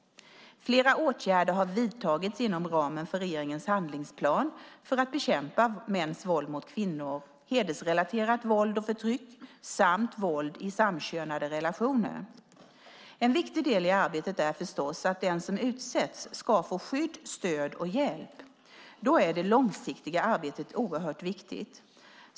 Flera åtgärder har vidtagits inom ramen för regeringens handlingsplan för att bekämpa mäns våld mot kvinnor, hedersrelaterat våld och förtryck samt våld i samkönade relationer. En viktig del i arbetet är förstås att den som utsätts ska få skydd, stöd och hjälp. Då är det långsiktiga arbetet oerhört viktigt.